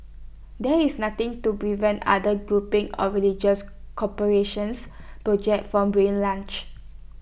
there is nothing to prevent other groupings or religious cooperation's projects from being launched